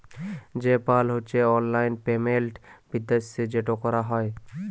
pay পাল হছে অললাইল payment বিদ্যাশে যেট ক্যরা হ্যয়